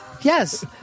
Yes